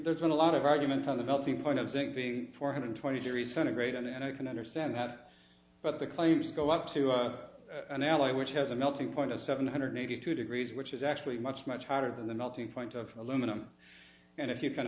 there's been a lot of argument on the melting point of zinc being four hundred twenty degrees centigrade and i can understand that but the claims go up to an ally which has a melting point of seven hundred eighty two degrees which is actually much much hotter than the melting point of aluminum and if you can